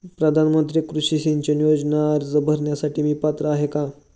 प्रधानमंत्री कृषी सिंचन योजना अर्ज भरण्यासाठी मी पात्र आहे का?